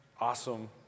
awesome